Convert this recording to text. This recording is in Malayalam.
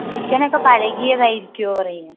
ചിക്കൻ ഒക്കെ പഴകിയത് ആയിരിക്കുമോ പറയുക